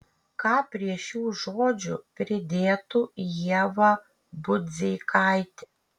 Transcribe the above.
ką prie šių žodžių pridėtų ieva budzeikaitė